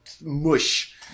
mush